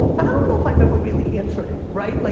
and i don't know if i've ever really answered it, right. like